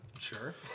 sure